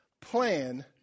plan